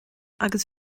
agus